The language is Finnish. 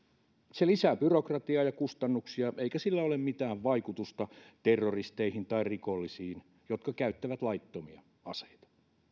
se lisää byrokratiaa ja kustannuksia eikä sillä ole mitään vaikutusta terroristeihin tai rikollisiin jotka käyttävät laittomia aseita